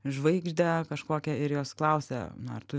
žvaigždę kažkokią ir jos klausia na ar tu